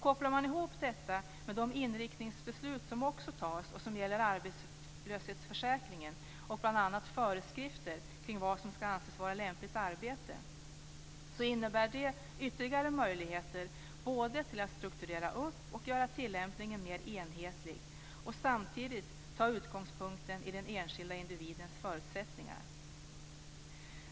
Kopplar man ihop detta med de inriktningsbeslut som också tas och som gäller arbetslöshetsförsäkringen och bl.a. föreskrifter kring vad som ska anses vara lämpligt arbete innebär det ytterligare möjligheter till att strukturera upp och göra tillämpningen mer enhetlig, samtidigt som utgångspunkten tas i den enskilde individens förutsättningar.